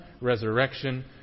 resurrection